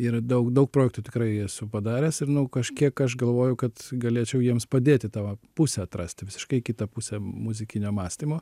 ir daug daug projektų tikrai esu padaręs ir nu kažkiek aš galvojau kad galėčiau jiems padėti ta va pusę atrasti visiškai kitą pusę muzikinio mąstymo